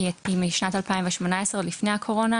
שהיא משנת 2018, עוד לפני הקורונה.